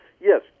yes